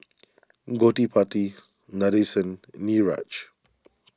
Gottipati Nadesan Niraj